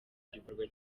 igikorwa